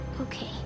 Okay